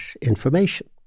information